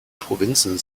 provinzen